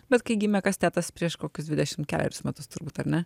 bet kai gimė kastetas prieš kokius dvidešim kelerius metus turbūt ar ne